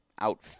out